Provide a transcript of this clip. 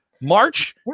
March